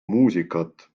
muusikat